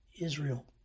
Israel